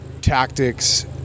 tactics